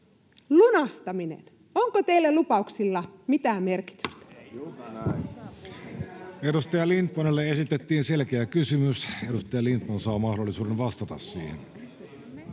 Huomenna tulee viimeistään!] Edustaja Lindtmanille esitettiin selkeä kysymys. Edustaja Lindtman saa mahdollisuuden vastata siihen.